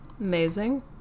amazing